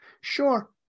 sure